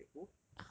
got wait who